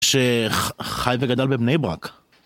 שחיי וגדל בבני ברק